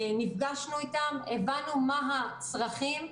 נפגשנו איתם, הבנו מה הצרכים,